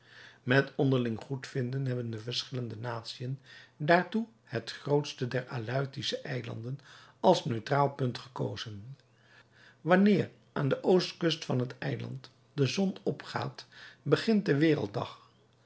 met onderling goedvinden hebben de verschillende natiën daartoe het grootste der aleutische eilanden als neutraal punt gekozen wanneer aan de oostkust van dat eiland de zon opgaat begint de werelddag